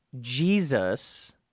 Jesus